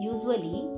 Usually